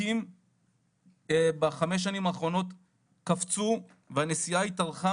הפקקים בחמש השנים האחרונות קפצו והנסיעה התארכה